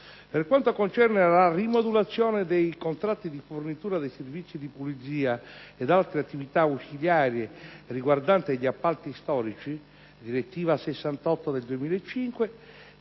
Per quanto concerne la rimodulazione dei contratti di fornitura dei servizi di pulizia ed altre attività ausiliarie riguardante gli appalti storici (direttiva n. 68 del 2005),